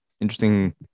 interesting